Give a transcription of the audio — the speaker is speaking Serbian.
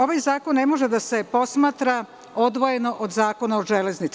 Ovaj zakon ne može da se posmatra odvojeno od Zakona o železnici.